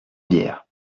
bière